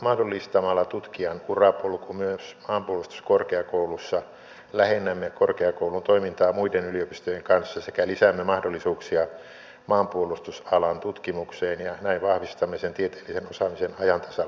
mahdollistamalla tutkijan urapolku myös maanpuolustuskorkeakoulussa lähennämme korkeakoulun toimintaa muiden yliopistojen kanssa sekä lisäämme mahdollisuuksia maanpuolustusalan tutkimukseen ja näin vahvistamme sen tieteellisen osaamisen ajan tasalla pysymisen